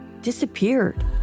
disappeared